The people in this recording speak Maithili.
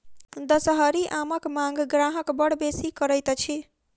दसहरी आमक मांग ग्राहक बड़ बेसी करैत अछि